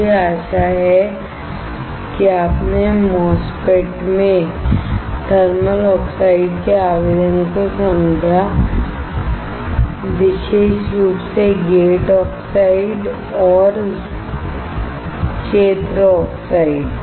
मुझे आशा है कि आपने MOSFET में थर्मल ऑक्साइड के अनुप्रयोग को समझा विशेष रूप से गेट आक्साइड और फील्ड आक्साइड